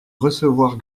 recevoir